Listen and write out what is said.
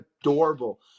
adorable